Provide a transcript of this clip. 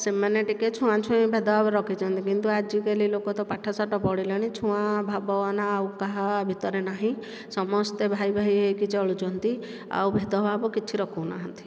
ସେମାନେ ଟିକିଏ ଛୁଆଁ ଛୁଇଁ ଭେଦଭାବ ରଖିଛନ୍ତି କିନ୍ତୁ ଆଜିକାଲି ଲୋକ ତ ପାଠସାଠ ପଢ଼ିଲେଣି ଛୁଆଁ ଭାବନା ଆଉ କାହା ଭିତରେ ନାହିଁ ସମସ୍ତେ ଭାଇ ଭାଇ ହୋଇକି ଚଳୁଛନ୍ତି ଆଉ ଭେଦ ଭାବ କିଛି ରଖୁନାହାନ୍ତି